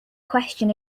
question